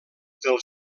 del